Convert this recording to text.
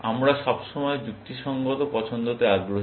আমরা সবসময় যুক্তিসঙ্গত পছন্দতে আগ্রহী